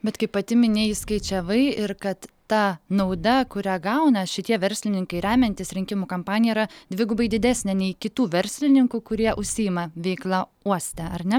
bet kaip pati minėjai skaičiavai ir kad ta nauda kurią gauna šitie verslininkai remiantys rinkimų kampaniją yra dvigubai didesnė nei kitų verslininkų kurie užsiima veikla uoste ar ne